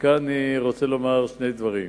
כאן אני רוצה לומר שני דברים.